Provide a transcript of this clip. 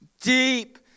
deep